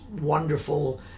wonderful